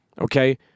Okay